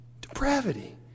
depravity